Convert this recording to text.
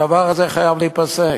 הדבר הזה חייב להיפסק.